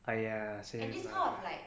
!aiya! same lah